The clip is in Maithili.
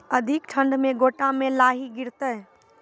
अधिक ठंड मे गोटा मे लाही गिरते?